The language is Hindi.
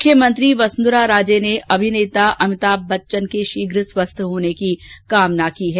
मुख्यमंत्री वसुंधरा राजे ने अभिनेता अमिताभ बच्चन के शीघ्र स्वस्थ होने की कामना की है